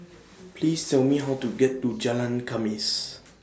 Please Tell Me How to get to Jalan Khamis